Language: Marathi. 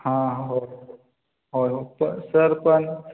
हां हो होय पण सर पण